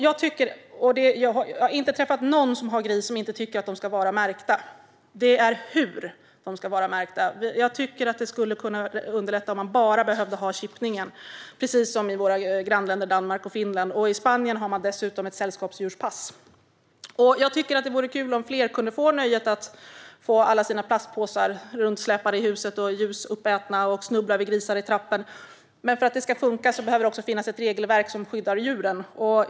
Jag har inte träffat någon som har grisar som inte tycker att de ska vara märkta. Det är hur de ska vara märkta frågan handlar om. Jag tycker att det skulle kunna underlätta om man bara behövde ha chippningen, precis som i våra grannländer Danmark och Finland. I Spanien har man dessutom ett sällskapsdjurspass. Jag tycker att det vore kul om fler kunde få nöjet att få alla sina plastpåsar runtsläpade i huset, få sina ljus uppätna och snubbla över grisar i trappan. Men för att det ska funka behöver det också finnas ett regelverk som skyddar djuren.